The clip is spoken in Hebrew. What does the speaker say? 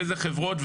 באיזה חברות,